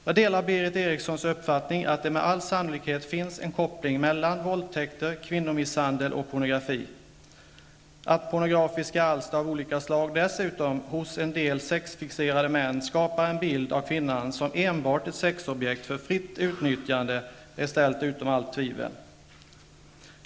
Jag delar Berith Erikssons uppfattning att det med all sannolikhet finns en koppling mellan våldtäkter, kvinnomisshandel och pornografi. Att pornografiska alster av olika slag dessutom hos en del sexfixerade män skapar en bild av kvinnan som enbart ett sexobjekt för fritt utnyttjande är ställt utom allt tvivel.